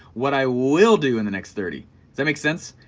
what i will do in the next thirty, does that make sense?